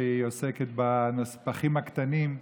שעוסקת בנספחים הקטנים,